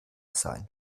sein